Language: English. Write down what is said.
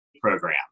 program